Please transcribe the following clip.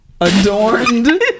adorned